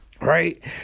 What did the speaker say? right